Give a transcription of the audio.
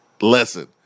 lesson